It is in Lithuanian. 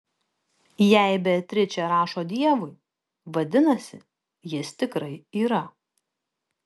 jei beatričė rašo dievui vadinasi jis tikrai yra